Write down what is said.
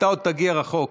אתה עוד תגיע רחוק.